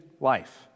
life